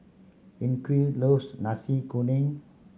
Enrique loves Nasi Kuning